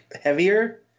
heavier